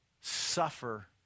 suffer